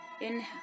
Inhale